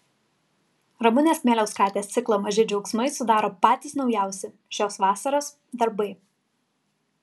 ramunės kmieliauskaitės ciklą maži džiaugsmai sudaro patys naujausi šios vasaros darbai